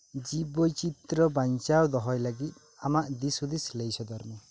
ᱡᱤᱵ ᱵᱳᱭᱪᱤᱛᱨᱚ ᱵᱟᱧᱪᱟᱣ ᱫᱚᱦᱚᱭ ᱞᱟᱹᱜᱤᱫ ᱟᱢᱟᱜ ᱫᱤᱥ ᱦᱩᱫᱤᱥ ᱞᱟᱹᱭ ᱥᱚᱫᱚᱨ ᱢᱮ